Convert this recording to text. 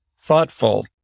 thoughtful